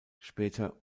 später